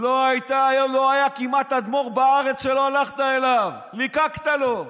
לא היה כמעט אדמו"ר בארץ שלא הלכת אליו, ליקקת לו.